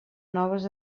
noves